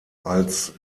als